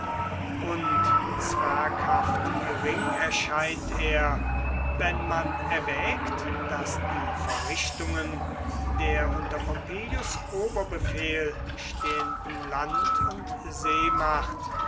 und zwerghaft gering erscheint er wenn man erwägt daß die verrichtungen der unter pompeius oberbefehl stehenden land und seemacht